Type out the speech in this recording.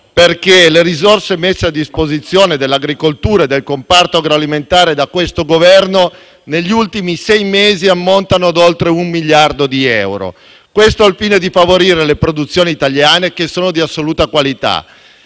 - che le risorse messe a disposizione dell'agricoltura e del comparto agroalimentare da parte di questo Governo negli ultimi sei mesi ammontano ad oltre 1 miliardo di euro. Questo al fine di favorire le produzioni italiane, che sono di assoluta qualità.